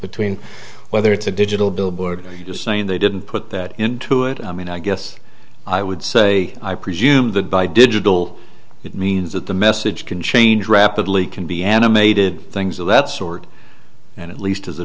between whether it's a digital billboard just saying they didn't put into it i mean i guess i would say i presume that by digital it means that the message can change rapidly can be animated things of that sort and at least as a